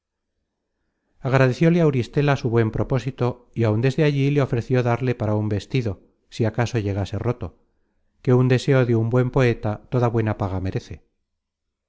agradecióle auristela su buen propósito y áun desde allí le ofreció darle para un vestido si acaso llegase roto que un deseo de un buen poeta toda buena paga merece